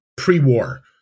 Pre-war